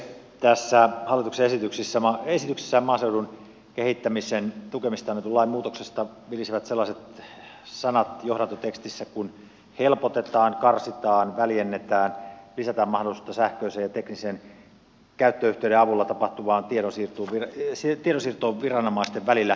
tässä hallituksen esityksessä maaseudun kehittämisen tukemisesta annetun lain muutoksesta vilisevät sellaiset sanat johdantotekstissä kuin helpotetaan karsitaan väljennetään lisätään mahdollisuutta sähköisen ja teknisen käyttöyhteyden avulla tapahtuvaan tiedonsiirtoon viranomaisten välillä